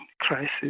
crisis